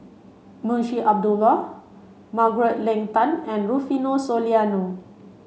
Munshi Abdullah Margaret Leng Tan and Rufino Soliano